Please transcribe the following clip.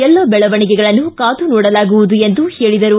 ಎಲ್ಲ ಬೆಳವಣಿಗೆಗಳನ್ನು ಕಾದು ನೋಡಲಾಗುವುದು ಎಂದು ಹೇಳದರು